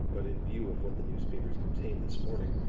but in view of what the newspapers contain this morning,